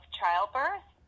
childbirth